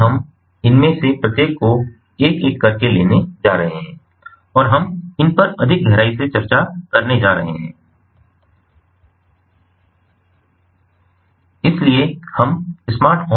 इसलिए हम इनमें से प्रत्येक को एक एक करके लेने जा रहे हैं और हम इन पर अधिक गहराई से चर्चा करने जा रहे हैं इसलिए हम स्मार्ट होम से शुरुआत करेंगे